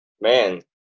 man